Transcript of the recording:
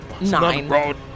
Nine